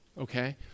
okay